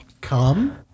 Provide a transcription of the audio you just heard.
Come